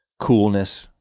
coolness,